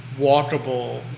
walkable